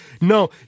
No